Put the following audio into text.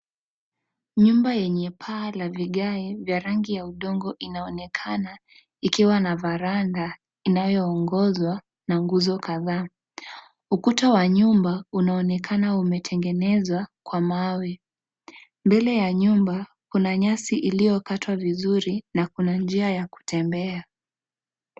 Nyumba yenye paa ya vigae vya rangi ya udongo inaonekana, ikiwa na varanda inayo ongozwa na nguzo kadhaa. Ukuta wa nyumba unaonekana umetengenezwa kwa mawe. Mbele ya nyumba, kuna nyasi ilio katwa vizuri na kuna njia ya kutembea.